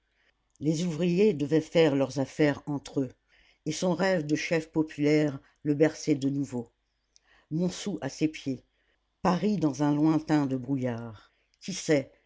les ouvriers devaient faire leurs affaires entre eux et son rêve de chef populaire le berçait de nouveau montsou à ses pieds paris dans un lointain de brouillard qui sait